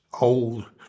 old